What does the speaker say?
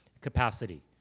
capacity